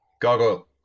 Gargoyle